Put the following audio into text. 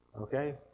Okay